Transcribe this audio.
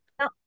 No